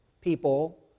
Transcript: people